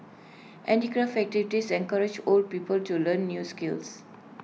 handicraft activities encourage old people to learn new skills